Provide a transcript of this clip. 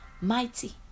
mighty